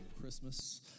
Christmas